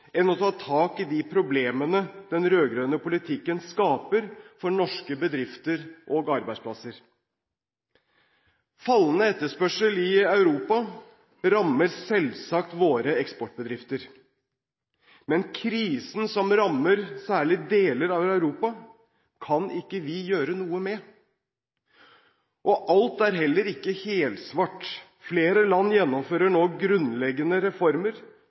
ta tak i de problemene den rød-grønne politikken skaper for norske bedrifter og arbeidsplasser. Fallende etterspørsel i Europa rammer selvsagt våre eksportbedrifter. Men krisen som rammer særlig deler av Europa, kan ikke vi gjøre noe med. Alt er heller ikke helsvart. Flere land gjennomfører nå grunnleggende reformer,